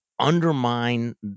Undermine